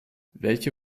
welche